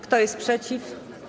Kto jest przeciw?